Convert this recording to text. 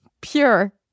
Pure